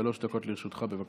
שלוש דקות לרשותך, בבקשה.